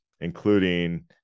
including